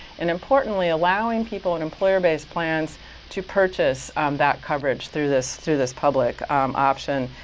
and importantly, allowing people and employer-based plans to purchase that coverage through this through this public option.